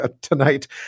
tonight